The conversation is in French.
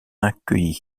accueilli